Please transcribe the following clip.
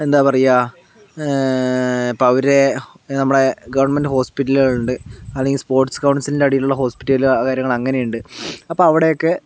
എന്താ പറയാ അപ്പോൾ അവരെ നമ്മളെ ഗവൺമെൻറ്റ് ഹോസ്പിറ്റലുകളുണ്ട് അല്ലെങ്കിൽ സ്പോർട്സ് കൗൺസിലിൻ്റെ അടിയിലുള്ള ഹോസ്പിറ്റൽ കാര്യങ്ങൾ അങ്ങനെയുണ്ട് അപ്പോൾ അവിടെയൊക്കെ